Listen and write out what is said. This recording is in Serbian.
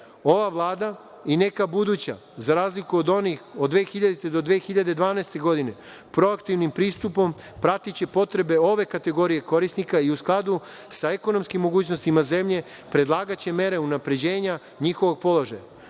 Vlada i neka buduća, za razliku od onih od 2000. do 2012. godine, proaktivnim pristupom pratiće potrebe ove kategorije korisnika i u skladu sa ekonomskim mogućnostima zemlje predlagaće mere unapređenja njihovog položaja.